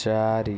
ଚାରି